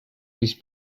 east